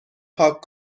پاک